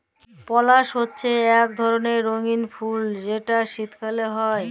পেলসি হছে ইক ধরলের রঙ্গিল ফুল যেট শীতকাল হ্যয়